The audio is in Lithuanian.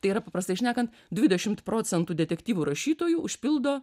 tai yra paprastai šnekant dvidešimt procentų detektyvų rašytojų užpildo